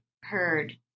heard